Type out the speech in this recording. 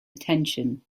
attention